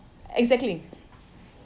exactly